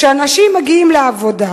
שאנשים מגיעים לעבודה,